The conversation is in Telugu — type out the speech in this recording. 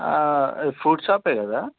ఫ్రూట్ షాపే కదా